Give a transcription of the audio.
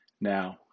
Now